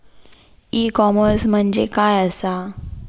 E commerce म्हणजे काय असा?